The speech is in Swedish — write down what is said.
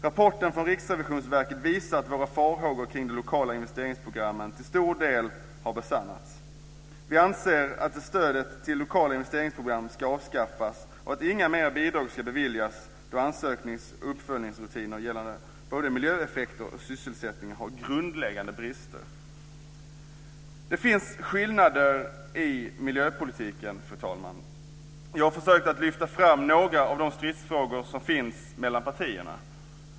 Rapporten från RRV visar att våra farhågor kring de lokala investeringsprogrammen till stor del har besannats. Vi anser att stödet till lokala investeringsprogram ska avskaffas och att inga mer bidrag ska beviljas då ansöknings och uppföljningsrutiner gällande både miljöeffekter och sysselsättning har grundläggande brister. Det finns skillnader i miljöpolitiken, fru talman. Jag har försökt lyfta fram några av de stridsfrågor som finns mellan partierna.